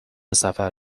سفر